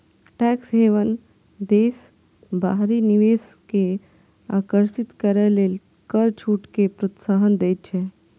tax haven देश बाहरी निवेश कें आकर्षित करै लेल कर छूट कें प्रोत्साहन दै छै